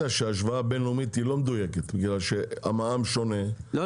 שהשוואה בינלאומית היא לא מדויקת בגלל שהמע"מ שונה,